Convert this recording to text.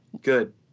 Good